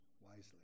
wisely